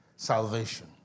Salvation